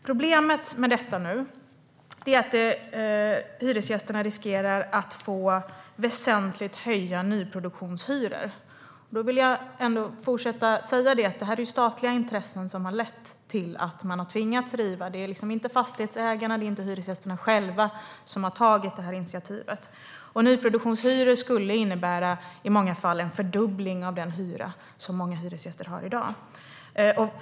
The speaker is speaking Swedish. Problemet med det är att hyresgästerna riskerar att få väsentligt höjda nyproduktionshyror. Jag vill fortsätta att säga att det är statliga intressen som har lett till att man har tvingats riva. Det är inte fastighetsägarna eller hyresgästerna själva som har tagit detta initiativ. Nyproduktionshyror skulle i många fall innebära en fördubbling av den hyra som hyresgästerna har i dag.